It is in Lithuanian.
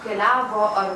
keliavo ar